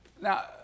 Now